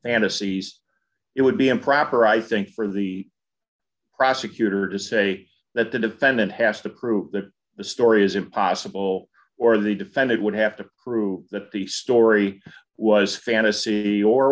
fantasies it would be improper i think for the prosecutor to say that the defendant has to prove that the story is impossible or the defendant would have to prove that the story was fantasy or